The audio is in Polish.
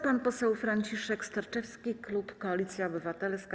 Pan poseł Franciszek Sterczewski, klub Koalicja Obywatelska.